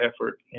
effort